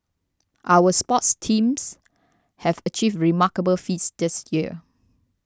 our sports teams have achieved remarkable feats this year